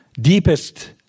deepest